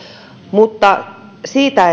mutta siitä